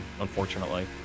unfortunately